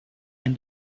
and